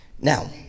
Now